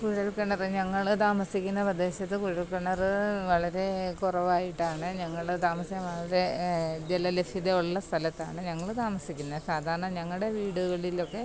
കുഴല്ക്കിണർ ഞങ്ങൾ താമസിക്കുന്ന പ്രദേശത്ത് കുഴല്ക്കിണർ വളരെ കുറവായിട്ടാണ് ഞങ്ങൾ താമസിക്കുന്നത് വളരെ ജലം ലഭ്യതയുള്ള സ്ഥലത്താണ് ഞങ്ങൾ താമസിക്കുന്നത് സാധാരണ ഞങ്ങളുടെ വീടുകളിലൊക്കെ